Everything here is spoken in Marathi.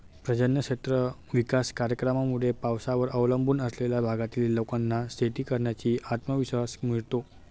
पर्जन्य क्षेत्र विकास कार्यक्रमामुळे पावसावर अवलंबून असलेल्या भागातील लोकांना शेती करण्याचा आत्मविश्वास मिळतो